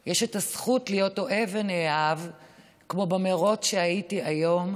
יש הזכות להיות אוהב ונאהב כמו במרוץ שהייתי היום,